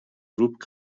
grŵp